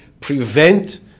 prevent